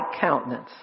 countenance